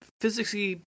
physicsy